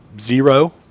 zero